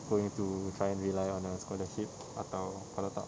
going to try and rely on a scholarship atau kalau tak